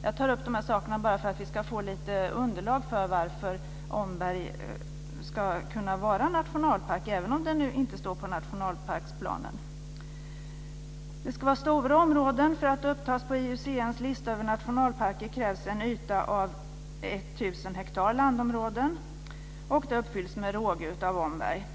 Jag tar upp de här sakerna bara för att vi ska få ett underlag för att Omberg ska vara nationalpark även om det inte står i nationalparksplanen. Ett av kriterierna är att nationalparker ska utgöras av relativt stora områden. För att upptas på IUCN:s lista över nationalparker krävs en yta av 1 000 hektar landområden. Det uppfylls med råge av Omberg.